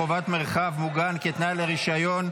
חובת מרחב מוגן כתנאי לרישיון),